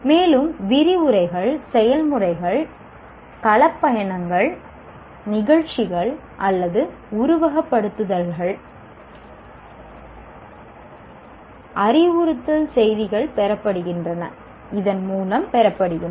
மேலும் விரிவுரைகள் செயல்முறைகள் களப் பயணங்கள் நிகழ்ச்சிகள் அல்லது உருவகப்படுத்துதல்களின் போது அறிவுறுத்தல் செய்திகள் பெறப்படுகின்றன